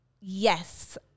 Yes